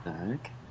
okay